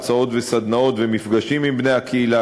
הרצאות וסדנאות ומפגשים עם בני הקהילה,